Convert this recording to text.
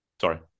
Sorry